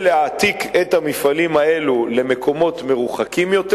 להעתיק את המפעלים האלה למקומות מרוחקים יותר,